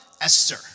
Esther